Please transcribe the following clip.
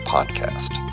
Podcast